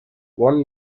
one